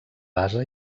base